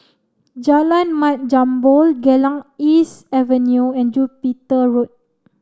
Jalan Mat Jambol Geylang East Avenue and Jupiter Road